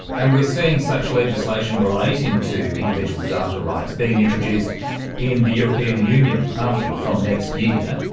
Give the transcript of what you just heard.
and we are seeing such legislation relating to individual data rights being introduced in the european union, aren't we, from next year.